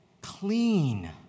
clean